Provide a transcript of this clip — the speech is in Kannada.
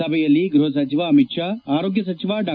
ಸಭೆಯಲ್ಲಿ ಗೃಹಸಚಿವ ಅಮಿತ್ ಶಾ ಆರೋಗ್ಯ ಸಚಿವ ಡಾ